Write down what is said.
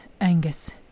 Angus